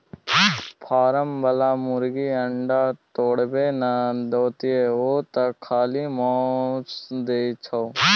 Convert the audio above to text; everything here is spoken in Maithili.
फारम बला मुरगी अंडा थोड़बै न देतोउ ओ तँ खाली माउस दै छै